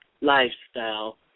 lifestyle